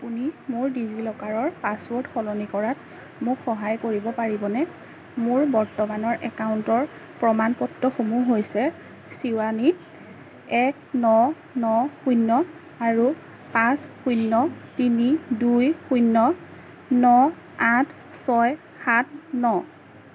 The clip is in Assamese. আপুনি মোৰ ডিজিলকাৰৰ পাছৱৰ্ড সলনি কৰাত মোক সহায় কৰিব পাৰিবনে মোৰ বৰ্তমানৰ একাউণ্টৰ প্ৰমাণ পত্ৰসমূহ হৈছে শিৱানী এক ন ন শূন্য আৰু পাঁচ শূন্য তিনি দুই শূন্য ন আঠ ছয় সাত ন